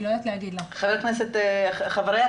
אני לא יודעת להגיד לך.